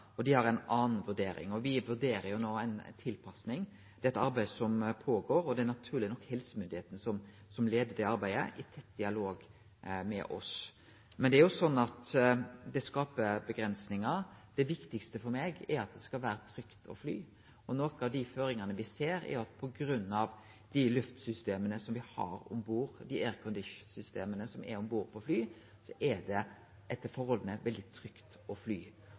og dei har ei anna vurdering. Vi vurderer no ei tilpassing. Dette er eit arbeid som går føre seg no, og det er naturleg nok helsemyndigheitene som leier det arbeidet – i tett dialog med oss. Det er jo sånn at det skaper avgrensingar, men det viktigaste for meg er at det skal vere trygt å fly. Nokre av føringane vi ser, er at på grunn av dei luftsystema, dei airconditioningsystema, som er om bord på fly, er det etter forholda veldig trygt å fly.